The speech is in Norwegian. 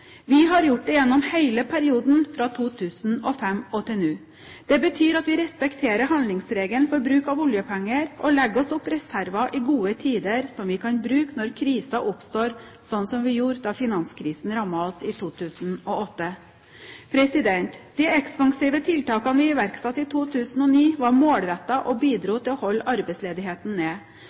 Vi har gjort det gjennom hele perioden fra 2005 og til nå. Det betyr at vi respekterer handlingsregelen for bruk av oljepenger og legger oss opp reserver i gode tider som vi kan bruke når kriser oppstår, slik vi gjorde da finanskrisen rammet oss i 2008. De ekspansive tiltakene vi iverksatte i 2009, var målrettet og bidro til å holde arbeidsledigheten